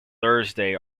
thursday